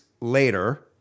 later